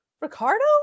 Ricardo